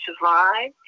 survive